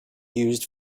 used